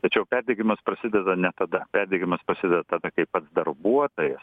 tačiau perdegimas prasideda ne tada perdegimas prasideda tada kai pats darbuotojas